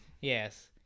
Yes